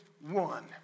One